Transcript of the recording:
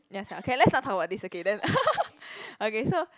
ya sia okay let's not talk about this okay then okay so